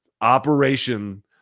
Operation